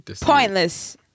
Pointless